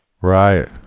Right